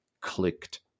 clicked